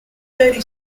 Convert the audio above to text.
thirty